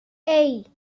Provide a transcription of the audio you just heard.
hey